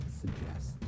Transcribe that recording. suggest